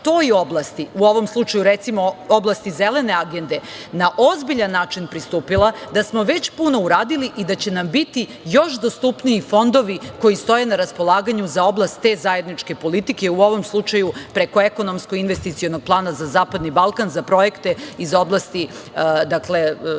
u ovom slučaju, recimo, oblasti zelene agende, na ozbiljan način pristupila, da smo već puno uradili i da će nam biti još dostupniji fondovi koji stoje na raspolaganju za oblast te zajedničke politike u ovom slučaju preko ekonomsko-investicionog plana za Zapadni Balkan, za projekte iz oblasti zelene